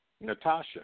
Natasha